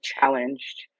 challenged